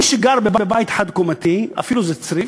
מי שגר בבית חד-קומתי, אפילו אם זה צריף,